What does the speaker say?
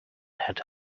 had